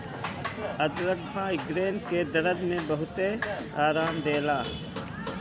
अदरक माइग्रेन के दरद में बहुते आराम देला